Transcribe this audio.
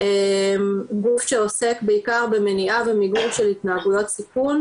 גוף שעוסק בעיקר במניעה ומיגור של התנהגויות סיכון.